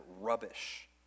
rubbish